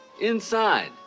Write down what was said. Inside